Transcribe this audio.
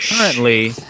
Currently